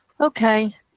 Okay